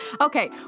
Okay